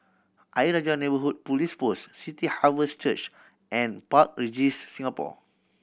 Ayer Rajah Neighbourhood Police Post City Harvest Church and Park Regis Singapore